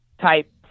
type